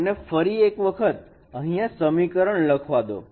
મને ફરી એક વખત અહિયાં સમીકરણ લખવા દો